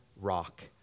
rock